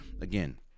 again